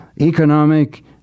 economic